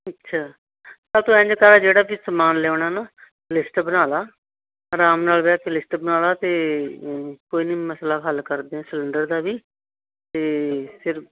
ਅੱਛਾ ਤੂੰ ਇੰਝ ਕਰ ਜਿਹੜਾ ਵੀ ਸਮਾਨ ਲਿਆਉਣਾ ਨਾ ਲਿਸਟ ਬਣਾ ਲਾ ਆਰਾਮ ਨਾਲ ਬਹਿ ਕੇ ਲਿਸਟ ਬਣਾ ਲਾ ਅਤੇ ਕੋਈ ਨਹੀਂ ਮਸਲਾ ਹੱਲ ਕਰਦੇ ਹਾਂ ਸਿਲੰਡਰ ਦਾ ਵੀ ਅਤੇ ਫਿਰ